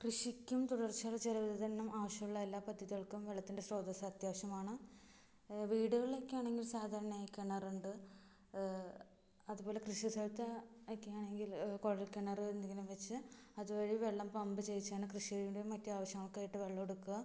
കൃഷിക്കും തുടർച്ചയായ ജലവിതരണം ആവശ്യമുള്ള എല്ലാ പദ്ധതികൾക്കും വെള്ളത്തിൻ്റെ സ്രോതസ് അത്യാവശ്യമാണ് വീടുകളിലൊക്കെയാണെങ്കിൽ സാധാരണായി കിണറുണ്ട് അതുപോലെ കൃഷി സ്ഥലത്ത് ഒക്കെയാണെങ്കിൽ കുഴൽക്കിണര് എന്തെങ്കിലും വെച്ച് അത് വഴി വെള്ളം പമ്പ് ചെയ്യിച്ചാണ് കൃഷിയുടെ മറ്റ് ആവശ്യങ്ങൾക്കായിട്ട് വെള്ളമെടുക്കുക